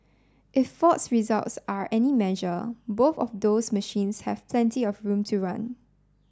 if Ford's results are any measure both of those machines have plenty of room to run